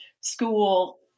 school